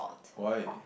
why